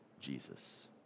Jesus